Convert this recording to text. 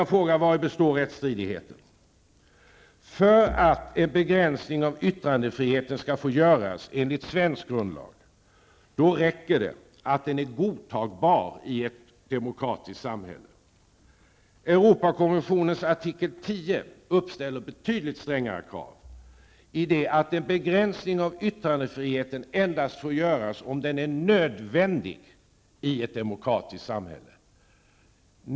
För att begränsning av yttrandefriheten skall få göras enligt svensk grundlag räcker det med att den är ''godtagbar i ett demokratiskt samhälle''. Europakonventionens artikel 10 uppställer betydligt strängare krav i det att en begränsning av yttrandefriheten endast får göras om den är ''nödvändig i ett demokratiskt samhälle''.